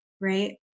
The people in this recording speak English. right